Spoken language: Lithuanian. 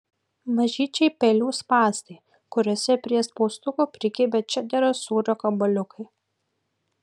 mažyčiai pelių spąstai kuriuose prie spaustuko prikibę čederio sūrio gabaliukai